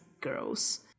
girls